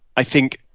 i think,